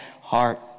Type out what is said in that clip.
heart